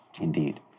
Indeed